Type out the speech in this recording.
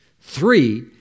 three